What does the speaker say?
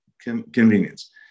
convenience